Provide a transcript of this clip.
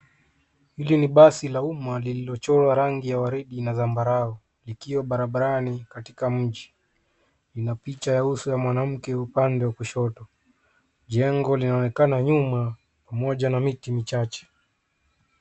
Hili ni basi la uma lililochorwa rangi ya waridi na zambarau ikiwa barabarani katika miji. Ina picha ya uso wa mwanamke upande wa kushoto. Jengo linaonekana nyuma pamoja na miti michache.